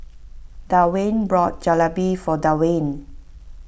Dwaine bought Jalebi for Dewayne